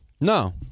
No